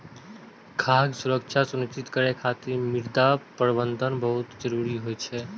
खाद्य सुरक्षा सुनिश्चित करै खातिर मृदा प्रबंधन बहुत जरूरी होइ छै